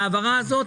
ההעברה הזאת,